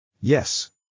Yes